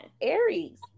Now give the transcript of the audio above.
Aries